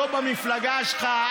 לא במפלגה שלך.